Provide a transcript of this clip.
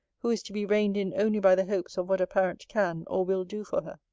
who is to be reined in only by the hopes of what a parent can or will do for her.